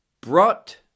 brought